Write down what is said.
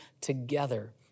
together